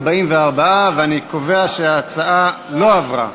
44. אני קובע שההצעה לא עברה.